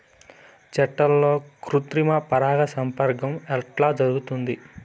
చెట్లల్లో కృత్రిమ పరాగ సంపర్కం ఎట్లా జరుగుతుంది?